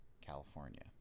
California